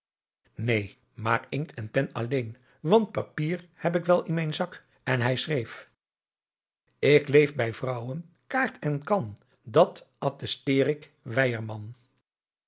neen maar inkt en pen alleen want papier heb ik wel in mijn zak en hij schreef adriaan loosjes pzn het leven van johannes wouter blommesteyn ik leef bij vrouwen kaart en kan dat attesteer ik weyerman